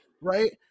right